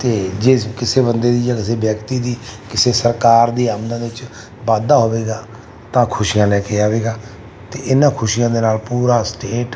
ਅਤੇ ਜਿਸ ਕਿਸੇ ਬੰਦੇ ਦੀ ਜਾਂ ਕਿਸੇ ਵਿਅਕਤੀ ਦੀ ਕਿਸੇ ਸਰਕਾਰ ਦੀ ਆਮਦਨ ਵਿੱਚ ਵਾਧਾ ਹੋਵੇਗਾ ਤਾਂ ਖੁਸ਼ੀਆਂ ਲੈ ਕੇ ਆਵੇਗਾ ਅਤੇ ਇਹਨਾਂ ਖੁਸ਼ੀਆਂ ਦੇ ਨਾਲ ਪੂਰਾ ਸਟੇਟ